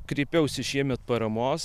kreipiausi šiemet paramos